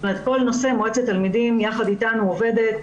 כל נושא, מועצת התלמידים יחד אתנו עובדת.